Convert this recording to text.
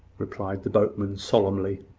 replied the boatman, solemnly.